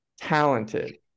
talented